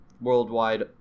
worldwide